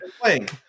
playing